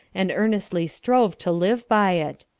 and earnestly strove to live by it.